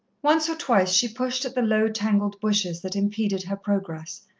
once or twice she pushed at the low, tangled bushes that impeded her progress,